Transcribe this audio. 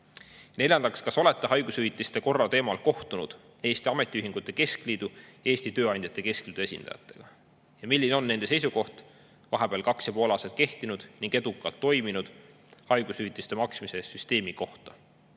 Neljandaks: kas olete haigushüvitiste korra teemal kohtunud Eesti Ametiühingute Keskliidu ja Eesti Tööandjate Keskliidu esindajatega ja milline on nende seisukoht vahepeal kaks ja pool aastat kehtinud ning edukalt toiminud haigushüvitiste maksmise süsteemi kohta?